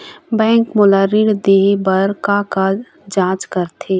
Bank मोला ऋण देहे बार का का जांच करथे?